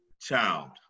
Child